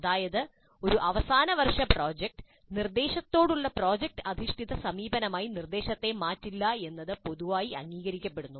അതായത് ഒരു അവസാന വർഷ പ്രോജക്റ്റ് നിർദ്ദേശങ്ങളോടുള്ള പ്രോജക്റ്റ് അധിഷ്ഠിത സമീപനമായി നിർദ്ദേശത്തെ മാറ്റില്ല എന്നത് പൊതുവായി അംഗീകരിക്കപ്പെടുന്നു